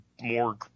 more